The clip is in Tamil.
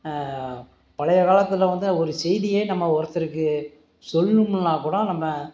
பழைய காலத்தில் வந்து ஒரு செய்தியே நம்ம ஒருத்தருக்கு சொல்லணும்னா கூட நம்ம